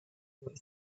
boy